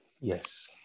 Yes